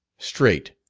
straight,